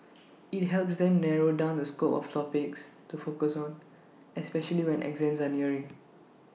IT helps them narrow down the scope of topics to focus on especially when exams are nearing